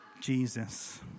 Jesus